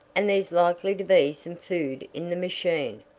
and there's likely to be some food in the machine.